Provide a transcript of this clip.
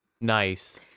Nice